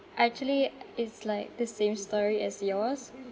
actually is like the same story as yours